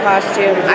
costume